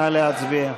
נא להצביע.